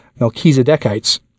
Melchizedekites